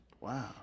Wow